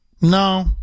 No